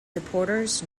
supporters